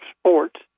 sports